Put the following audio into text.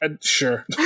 Sure